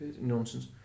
nonsense